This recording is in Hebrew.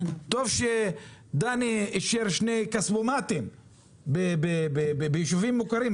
טוב שהשאירו שני כספומטים ביישובים מוכרים,